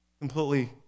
completely